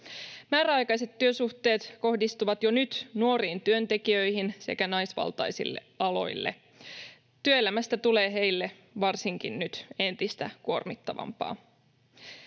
Määräaikaiset työsuhteet kohdistuvat jo nyt nuoriin työntekijöihin sekä naisvaltaisille aloille. Työelämästä tulee heille varsinkin nyt entistä kuormittavampaa.